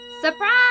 Surprise